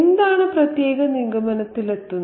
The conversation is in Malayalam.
എന്താണ് പ്രത്യേക നിഗമനത്തിലെത്തുന്നത്